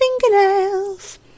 fingernails